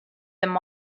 them